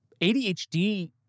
ADHD